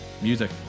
Music